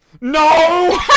No